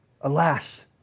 Alas